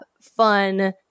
fun